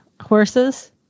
horses